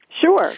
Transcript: Sure